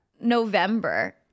November